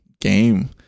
game